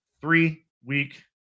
three-week